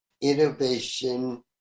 innovation